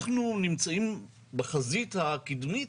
אנחנו נמצאים בחזית הקדמית